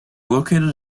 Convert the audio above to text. located